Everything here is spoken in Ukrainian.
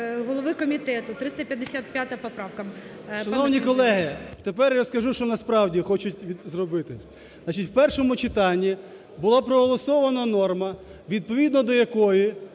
у першому читанні була проголосована норма, відповідно до якої